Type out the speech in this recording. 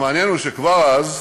המעניין הוא שכבר אז,